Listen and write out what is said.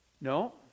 No